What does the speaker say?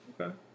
Okay